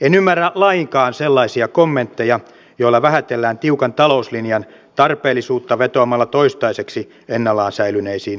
en ymmärrä lainkaan sellaisia kommentteja joilla vähätellään tiukan talouslinjan tarpeellisuutta vetoamalla toistaiseksi ennallaan säilyneisiin luottoluokituksiin